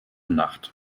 nacht